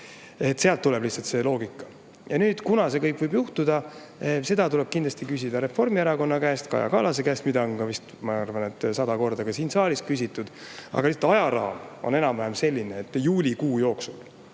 Sealt tuleb lihtsalt see loogika. Ja nüüd, kunas see kõik võib juhtuda, seda tuleb kindlasti küsida Reformierakonna, Kaja Kallase käest. Seda on vist, ma arvan, sada korda siin saalis ka küsitud. Ajaraam on aga enam-vähem selline, et juulikuu jooksul